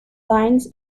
lines